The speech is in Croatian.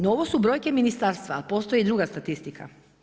No ovo su brojke ministarstva, a postoji i druga statistika.